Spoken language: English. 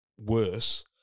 worse